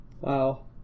Wow